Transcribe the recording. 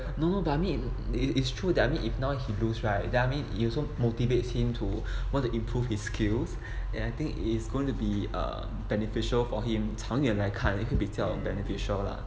I know but I mean it is true that I mean if now he lose right damn it you also motivate him to want to improve his skills and I think it's going to be um beneficial for him 长远来看也会比较 beneficial lah